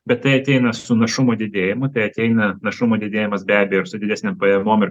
bet tai ateina su našumo didėjimu tai ateina našumo didėjimas be abejo ir su didesnėm pajamom ir